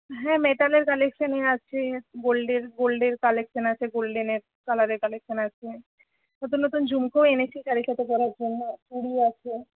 হ্যাঁ মেটালের কালেকশনই আছে গোল্ডের গোল্ডের কালেকশন আছে গোল্ডেনের কালারের কালেকশন আছে নতুন নতুন ঝুমকোও এনেছি শাড়ির সাথে পরার জন্য চুড়ি আছে